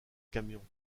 camions